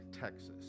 texas